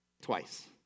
Twice